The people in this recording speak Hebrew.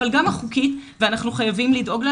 אבל גם החוקית ואנחנו חייבים לדאוג לה.